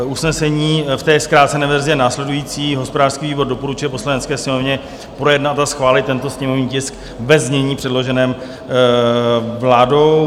Usnesení v té zkrácené verzi je následující: Hospodářský výbor doporučuje Poslanecké sněmovně projednat a schválit tento sněmovní tisk ve znění předloženém vládou.